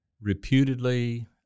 reputedly